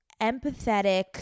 empathetic